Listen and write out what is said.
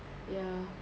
ya